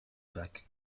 bacs